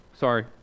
Sorry